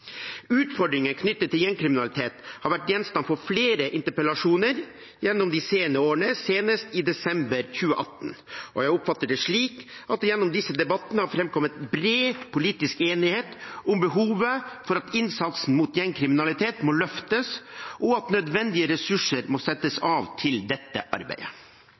har vært gjenstand for flere interpellasjoner gjennom de senere årene, senest i desember 2018. Jeg oppfatter det slik at det gjennom disse debattene har framkommet bred politisk enighet om behovet for at innsatsen mot gjengkriminalitet må løftes, og at nødvendige ressurser må settes av til dette arbeidet.